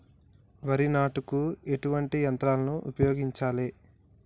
వరి నాటుకు ఎటువంటి యంత్రాలను ఉపయోగించాలే?